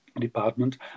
department